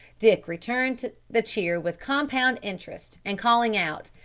dick returned the cheer with compound interest, and calling out,